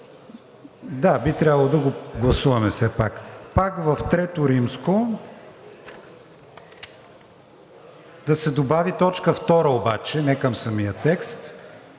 Да, би трябвало да го гласуваме все пак. Пак в III. да се добави точка втора обаче не към самия текст,